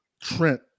Trent